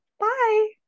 bye